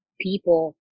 People